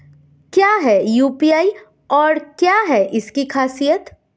क्या है यू.पी.आई और क्या है इसकी खासियत?